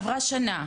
עברה שנה,